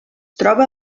troba